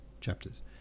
chapters